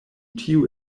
tio